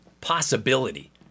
possibility